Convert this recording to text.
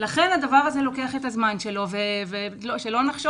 לכן הדבר הזה לוקח את הזמן שלו ושלא נחשוב